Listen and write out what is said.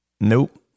Nope